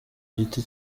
giti